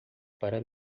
para